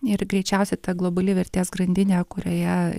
ir greičiausiai ta globali vertės grandinė kurioje